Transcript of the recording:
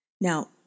Now